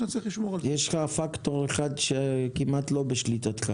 יש לך פקטור אחד שכמעט לא בשליטתך